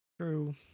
true